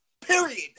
Period